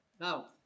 Now